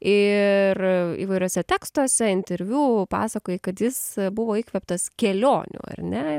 ir įvairiuose tekstuose interviu pasakojai kad jis buvo įkvėptas kelionių ar ne